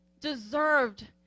deserved